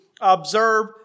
observe